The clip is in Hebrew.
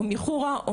או מחורה,